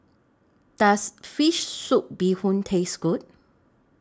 Does Fish Soup Bee Hoon Taste Good